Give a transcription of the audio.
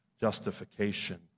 justification